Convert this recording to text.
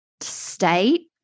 state